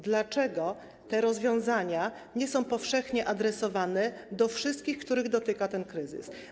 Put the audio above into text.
Dlaczego te rozwiązania nie są powszechnie adresowane do wszystkich, których dotyka ten kryzys?